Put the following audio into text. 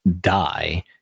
die